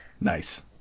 nice